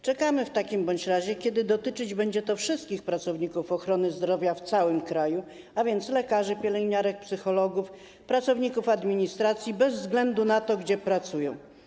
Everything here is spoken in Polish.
Czekamy w takim razie na ten moment, kiedy dotyczyć będzie to wszystkich pracowników ochrony zdrowia w całym kraju, a więc lekarzy, pielęgniarek, psychologów, pracowników administracji, bez względu na to, gdzie pracują.